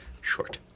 Short